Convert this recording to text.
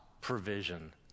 provision